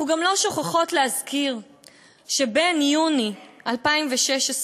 אנחנו גם לא שוכחות להזכיר שביוני 2016,